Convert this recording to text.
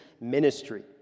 ministry